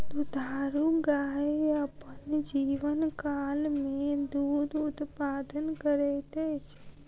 दुधारू गाय अपन जीवनकाल मे दूध उत्पादन करैत अछि